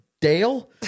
Dale